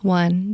one